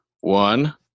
one